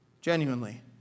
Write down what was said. Genuinely